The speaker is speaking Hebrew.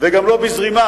וגם לא בזרימה,